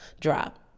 drop